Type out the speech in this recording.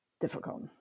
difficult